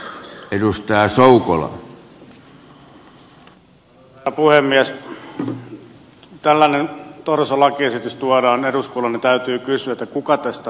kun tällainen torso lakiesitys tuodaan eduskunnalle niin täytyy kysyä kuka tästä oikein hyötyy